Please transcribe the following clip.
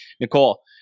Nicole